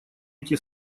эти